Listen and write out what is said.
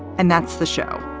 and that's the show.